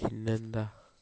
പിന്നെ എന്താ